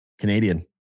Canadian